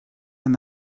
and